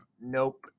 nope